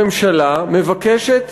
הממשלה מבקשת